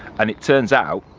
and it turns out.